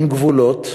עם גבולות,